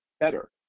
Better